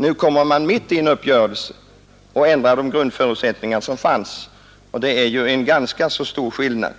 Nu vill man mitt under en avtalsperiod ändra grundförutsättningarna, och det är ju helt annorlunda.